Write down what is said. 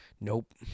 Nope